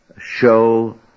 show